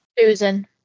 susan